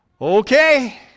Okay